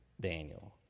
Daniel